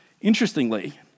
Interestingly